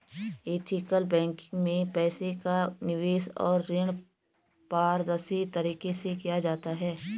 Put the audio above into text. ethical banking में पैसे का निवेश और ऋण पारदर्शी तरीके से किया जाता है